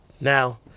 Now